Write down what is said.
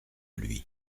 lui